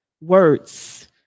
Words